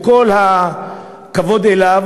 בכל הכבוד אליו,